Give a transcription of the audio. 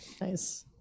Nice